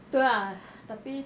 tu lah tapi